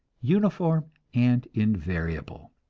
uniform and invariable.